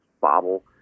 bobble